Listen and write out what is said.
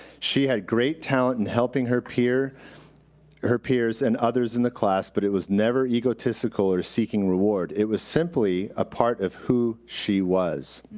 she had great talent in helping her peers her peers and others in the class, but it was never egotistical or seeking reward. it was simply a part of who she was.